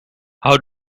how